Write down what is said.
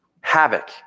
havoc